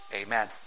Amen